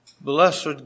Blessed